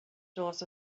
doors